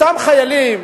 אותם חיילים,